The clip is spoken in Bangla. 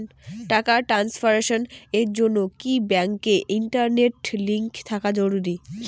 টাকা ট্রানস্ফারস এর জন্য কি ব্যাংকে ইন্টারনেট লিংঙ্ক থাকা জরুরি?